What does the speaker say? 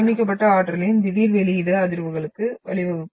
சேமிக்கப்பட்ட ஆற்றலின் திடீர் வெளியீடு அதிர்வுகளுக்கு வழிவகுக்கும்